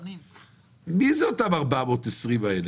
מי זה אותם 420 האלה?